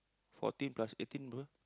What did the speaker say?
fourteen plus eighteen bro